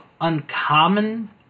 uncommon